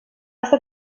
estat